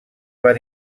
van